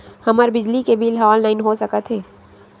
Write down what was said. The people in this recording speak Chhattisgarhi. हमर बिजली के बिल ह ऑनलाइन हो सकत हे?